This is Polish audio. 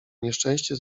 nieszczęście